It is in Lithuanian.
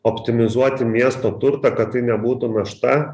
optimizuoti miesto turtą kad tai nebūtų našta